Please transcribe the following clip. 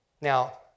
Now